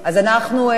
מי שהוא בעד,